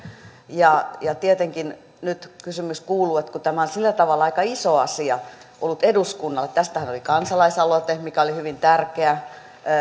ja tietenkin nyt kysymys kuuluu että tämä on sillä tavalla aika iso asia ollut eduskunnalle tästähän oli kansalaisaloite mikä oli hyvin tärkeä